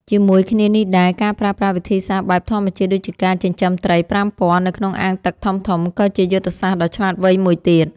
ជាមួយគ្នានេះដែរ ការប្រើប្រាស់វិធីសាស្ត្របែបធម្មជាតិដូចជាការចិញ្ចឹមត្រីប្រាំពណ៌នៅក្នុងអាងទឹកធំៗ ក៏ជាយុទ្ធសាស្ត្រដ៏ឆ្លាតវៃមួយទៀត។